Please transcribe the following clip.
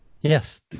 Yes